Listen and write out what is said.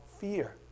fear